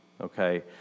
okay